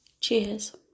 Cheers